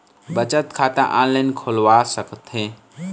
बचत खाता ऑनलाइन खोलवा सकथें?